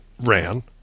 ran